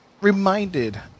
reminded